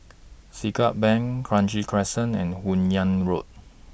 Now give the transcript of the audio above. Siglap Bank Kranji Crescent and Hun Yeang Road